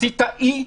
עשית אי,